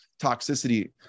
toxicity